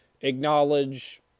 acknowledge